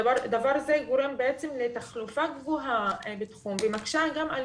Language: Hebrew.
דבר זה גורם בעצם לתחלופה גבוהה בתחום ומקשה גם על